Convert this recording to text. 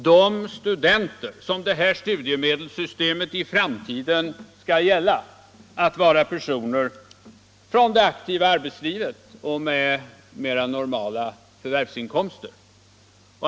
De studenter som det här studiemedelssystemet i framtiden skall gälla för kommer alltså att vara personer från det aktiva arbetslivet med mer normala förvärvsinkomster.